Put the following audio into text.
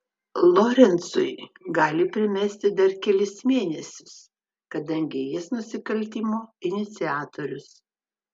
lorencui gali primesti dar kelis mėnesius kadangi jis nusikaltimo iniciatorius